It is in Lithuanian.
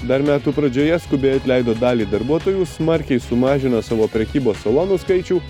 dar metų pradžioje skubiai atleido dalį darbuotojų smarkiai sumažino savo prekybos salonų skaičių